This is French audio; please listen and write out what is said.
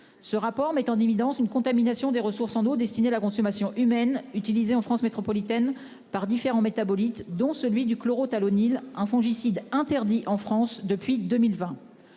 Ce rapport met en évidence une contamination des ressources en eau destinées à la consommation humaine en France métropolitaine par différents métabolites, dont le chlorothalonil, un fongicide interdit en France depuis 2020.